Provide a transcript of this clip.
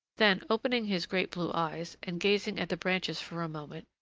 then, opening his great blue eyes, and gazing at the branches for a moment,